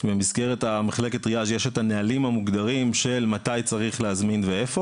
במסגרת מחלקת טריאז' יש את הנהלים המוגדרים של מתי צריך להזמין ואיפה